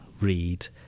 read